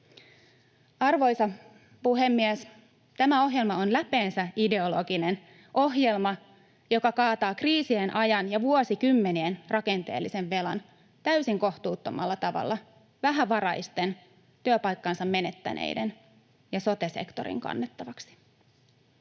Arvoisa puhemies! Tämä ohjelma on läpeensä ideologinen ohjelma, joka kaataa kriisien ajan ja vuosikymmenien rakenteellisen velan täysin kohtuuttomalla tavalla vähävaraisten, työpaikkansa menettäneiden ja sote-sektorin kannettavaksi.